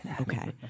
Okay